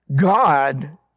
God